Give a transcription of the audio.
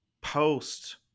Post